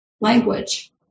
language